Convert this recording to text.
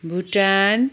Bhutan